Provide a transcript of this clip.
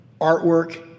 artwork